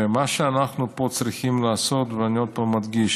ומה שאנחנו פה צריכים לעשות, ואני עוד פעם מדגיש: